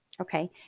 okay